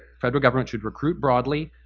federal government should recruit broadly,